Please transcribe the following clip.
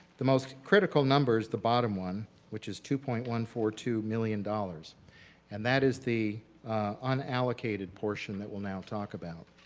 the most critical number is the bottom one which is two point one four two million dollars and that is the unallocated portion that we'll now talk about.